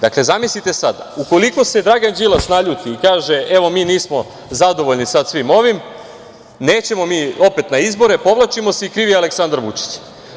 Dakle, zamislite sada, ukoliko se Dragan Đilas naljuti i kaže - evo, mi nismo zadovoljni sa svim ovim, nećemo mi opet na izbore, povlačimo se i kriv je Aleksandar Vučić.